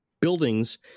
buildings